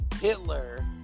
Hitler